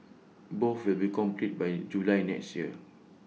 both will be completed by July next year